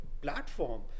platform